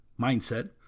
mindset